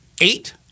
Eight